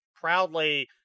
proudly